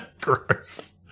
gross